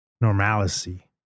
Normalcy